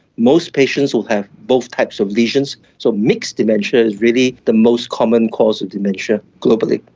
most patients will have both types of lesions, so mixed dementia is really the most common cause of dementia globally.